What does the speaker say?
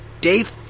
Dave